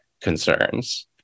concerns